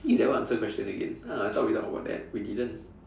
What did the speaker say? you never answer question again ah I thought we talked about that we didn't